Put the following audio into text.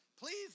Please